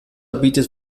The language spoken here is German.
bietet